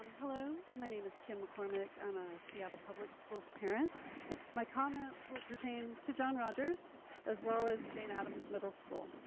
um hello. my name is kim mccormick um ah seattle public schools parent my comments will pertain to john rogers as well as jane adams middle school.